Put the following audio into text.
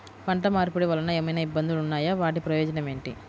పంట మార్పిడి వలన ఏమయినా ఇబ్బందులు ఉన్నాయా వాటి ప్రయోజనం ఏంటి?